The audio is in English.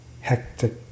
hectic